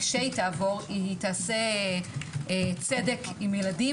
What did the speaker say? כשהיא תעבור היא תעשה צדק עם ילדים